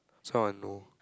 that's how I know